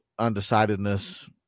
undecidedness